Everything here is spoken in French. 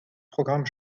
programme